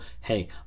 hey